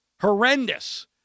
Horrendous